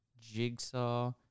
Jigsaw